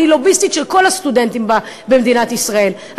אני לוביסטית של כל הסטודנטים במדינת ישראל,